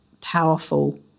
powerful